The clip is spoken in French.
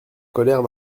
colère